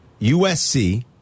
USC